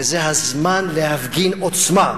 וזה הזמן להפגין עוצמה.